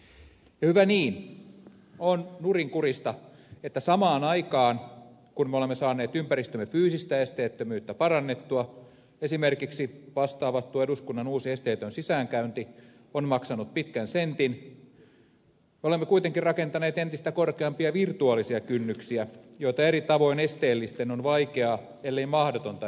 ja hyvä niin on nurinkurista että samaan aikaan kun me olemme saaneet ympäristömme fyysistä esteettömyyttä parannettua esimerkiksi vasta avattu eduskunnan uusi esteetön sisäänkäynti on maksanut pitkän sentin olemme kuitenkin rakentaneet entistä korkeampia virtuaalisia kynnyksiä joita eri tavoin esteellisten on vaikeaa ellei mahdotonta ylittää